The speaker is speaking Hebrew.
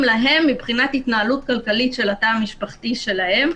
להם מבחינת ההתנהלות הכלכלית של התא המשפחתי שלהם.